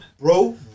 Bro